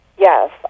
Yes